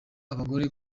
abagore